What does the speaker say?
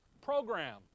program